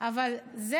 אבל זה